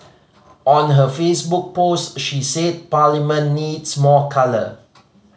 on her Facebook post she said Parliament needs more colour